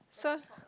sir